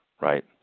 right